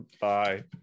Bye